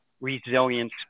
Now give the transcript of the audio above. resilience